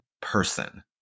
person